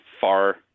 far